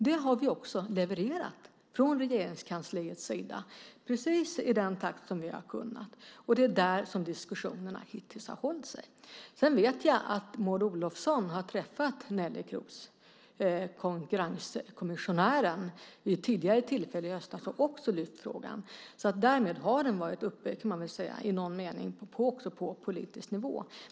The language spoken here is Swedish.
Detta har vi också levererat från Regeringskansliets sida i den takt som vi har kunnat. Det är om detta som diskussionerna hittills har hållit sig. Sedan vet jag att Maud Olofsson har träffat Nelly Kroes, konkurrenskommissionären, vid ett tidigare tillfälle i höstas och också lyft fram frågan. Därmed har den i någon mening också varit uppe på politisk nivå.